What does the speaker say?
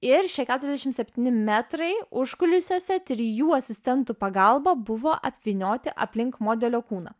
ir šie keturiasdešimt septyni metrai užkulisiuose trijų asistentų pagalba buvo apvynioti aplink modelio kūną